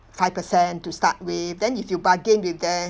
five percent to start with then if you bargain with them